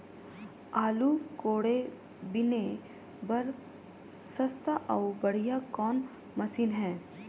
आलू कोड़े बीने बर सस्ता अउ बढ़िया कौन मशीन हे?